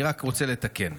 אני רק רוצה לתקן: